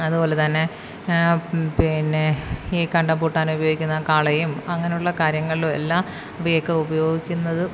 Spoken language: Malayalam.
അതുപോലെ തന്നെ പിന്നെ ഈ കണ്ടം പൂട്ടാൻ ഉപയോഗിക്കുന്ന കാളയും അങ്ങനെയുള്ള കാര്യങ്ങളും എല്ലാം ഇവയൊക്കെ ഉപയോഗിക്കുന്നത്